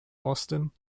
austin